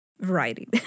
Variety